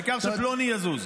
העיקר שפלוני יזוז.